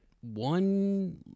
one